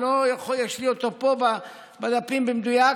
יש לי אותו פה בדפים במדויק,